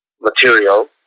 material